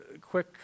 quick